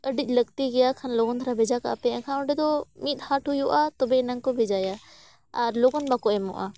ᱟᱹᱰᱤ ᱞᱟᱹᱠᱛᱤ ᱜᱮᱭᱟ ᱠᱷᱟᱱ ᱞᱚᱜᱚᱱ ᱫᱷᱟᱨᱟ ᱵᱷᱮᱡᱟ ᱠᱟᱜᱼᱟ ᱯᱮ ᱮᱱᱠᱷᱟᱱ ᱚᱸᱰᱮ ᱫᱚ ᱢᱤᱫ ᱦᱟᱴ ᱦᱩᱭᱩᱜᱼᱟ ᱛᱚᱵᱮ ᱮᱱᱟᱝ ᱠᱚ ᱵᱷᱮᱡᱟᱭᱟ ᱟᱨ ᱞᱚᱜᱚᱱ ᱵᱟᱠᱚ ᱮᱢᱚᱜᱼᱟ